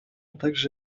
также